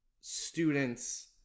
students